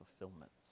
fulfillments